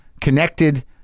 connected